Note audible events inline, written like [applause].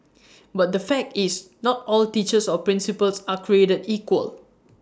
[noise] but the fact is not all teachers or principals are created equal